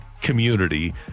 community